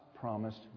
promised